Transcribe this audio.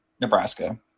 Nebraska